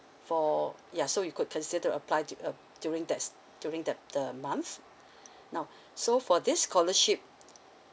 for ya so you could consider apply dur~ uh during thats during that the month now so for this scholarship